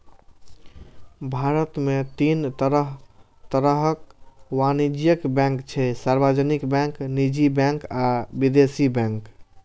भारत मे तीन तरहक वाणिज्यिक बैंक छै, सार्वजनिक बैंक, निजी बैंक आ विदेशी बैंक